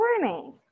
Morning